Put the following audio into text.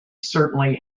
certainly